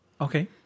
Okay